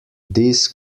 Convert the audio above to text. this